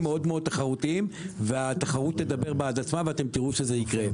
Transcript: מאוד מאוד תחרותיים והתחרות תדבר בעד עצמה ואתם תראו שזה יקרה.